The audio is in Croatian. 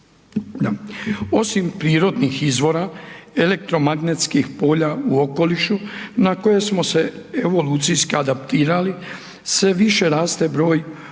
Osim prirodnih izvora elektromagnetskih polja u okolišu na koje smo se evolucijski adaptirali sve više raste broj